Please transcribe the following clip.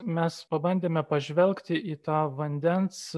mes pabandėme pažvelgti į tą vandens